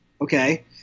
Okay